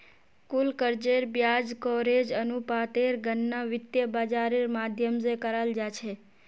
कुल कर्जेर ब्याज कवरेज अनुपातेर गणना वित्त बाजारेर माध्यम से कराल जा छे